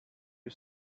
you